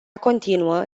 continuă